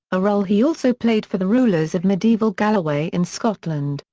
a role he also played for the rulers of medieval galloway in scotland,